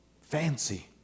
Fancy